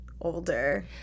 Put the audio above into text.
older